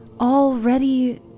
already